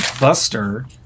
Buster